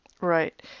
Right